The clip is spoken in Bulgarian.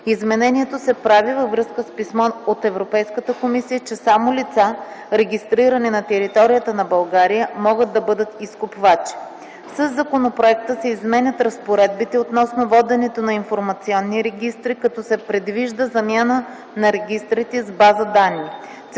Изменението се прави във връзка с писмо от Европейската комисия, че само лица, регистрирани на територията на България, могат да бъдат изкупвачи. Със законопроекта се изменят разпоредбите относно воденето на информационни регистри, като се предвижда замяна на регистрите с бази данни.